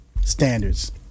standards